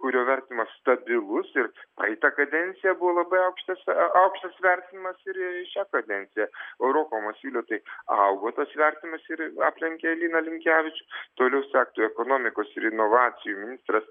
kurio vertimas stabilus ir praeitą kadenciją buvo labai aukštas aukštas vertinimas ir šią kadenciją roko masiulio tai augo tas vertinimas ir aplenkė liną linkevičių toliau sektų ekonomikos ir inovacijų ministras